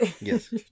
Yes